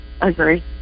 Agree